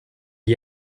les